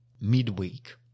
midweek